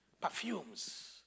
perfumes